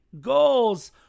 goals